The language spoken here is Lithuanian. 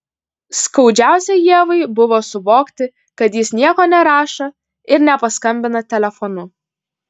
skaudžiausia ievai buvo suvokti kad jis nieko nerašo ir nepaskambina telefonu